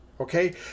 Okay